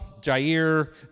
Jair